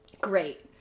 Great